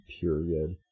period